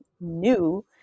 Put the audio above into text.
new